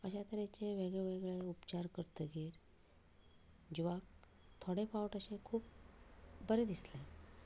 अशा तरेचे वेगळे वेगळे उपचार करतकच जिवाक थोडे फावट अशें खूब बरें दिसलें